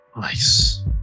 Nice